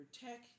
tech